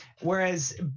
Whereas